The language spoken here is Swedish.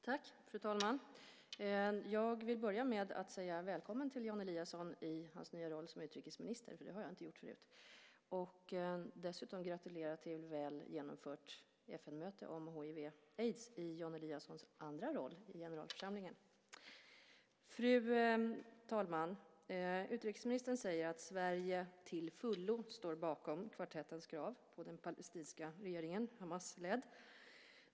Fru talman! Jag vill börja med att säga välkommen till Jan Eliasson i hans nya roll som utrikesminister. Det har jag inte gjort förut. Jag vill dessutom gratulera till ett väl genomfört FN-möte om hiv/aids i Jan Eliassons andra roll i generalförsamlingen. Fru talman! Utrikesministern säger att Sverige till fullo står bakom kvartettens krav på den palestinska Hamasledda regeringen.